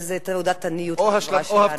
זו תעודת עניות לחברה שלנו.